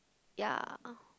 ya